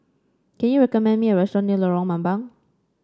can you recommend me a restaurant near Lorong Mambong